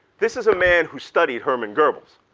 this is a man who studied hermann goebbels.